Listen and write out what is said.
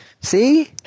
See